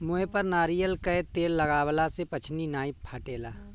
मुहे पर नारियल कअ तेल लगवला से पछ्नी नाइ फाटेला